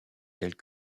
tels